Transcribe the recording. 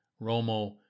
Romo